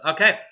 Okay